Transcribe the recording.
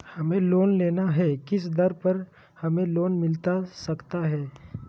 हमें लोन लेना है किस दर पर हमें लोन मिलता सकता है?